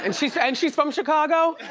and she's and she's from chicago?